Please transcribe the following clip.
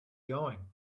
going